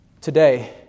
Today